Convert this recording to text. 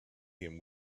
him